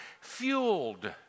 fueled